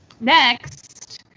Next